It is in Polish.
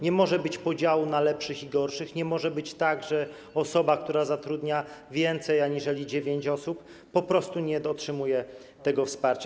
Nie może być podziału na lepszych i gorszych, nie może być tak, że osoba, która zatrudnia więcej aniżeli 9 osób, po prostu nie otrzymuje tego wsparcia.